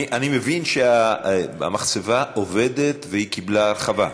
אני מבין שהמחצבה עובדת והיא קיבלה הרחבה,